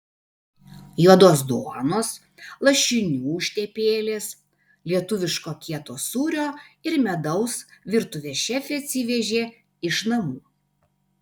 juodos duonos lašinių užtepėlės lietuviško kieto sūrio ir medaus virtuvės šefė atsivežė iš namų